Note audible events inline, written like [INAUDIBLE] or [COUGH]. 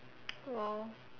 [NOISE] !wow!